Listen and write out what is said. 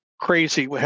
crazy